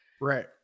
right